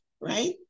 right